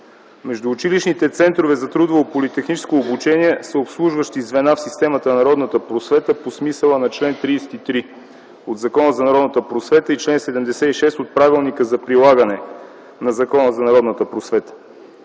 Междуучилищните центрове за трудово политехническо обучение са обслужващи звена в системата на народната просвета по смисъла на чл. 33 от Закона за народната просвета и чл. 76 от Правилника за прилагането на Закона за народната просвета.